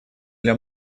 для